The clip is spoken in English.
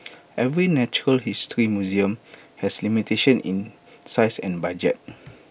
every natural history museum has limitation in size and budget